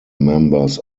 members